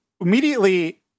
immediately